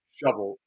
Shovel